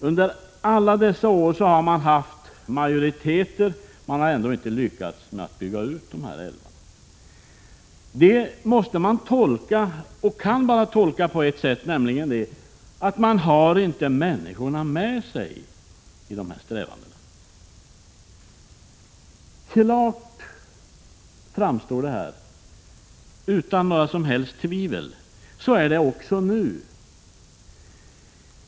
Under alla dessa år har de långa tider haft majoritet, men de har ändå inte lyckats med att bygga ut de här älvarna. Det kan man bara tolka på ett sätt: De har inte människorna med sig i dessa strävanden. Detta framstår klart och utan några som helst tvivel. Så är det också nu.